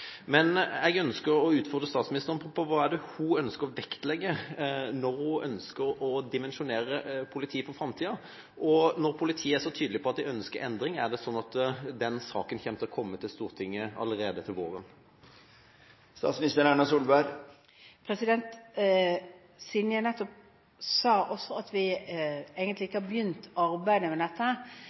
Men jeg ønsker å utfordre statsministeren på hva hun vil vektlegge når hun ønsker å dimensjonere politiet for framtida. Når politiet er så tydelig på at de ønsker endring, er det sånn at den saken vil komme til Stortinget allerede til våren? Siden jeg nettopp sa at vi egentlig ikke har begynt arbeidet med dette,